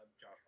Josh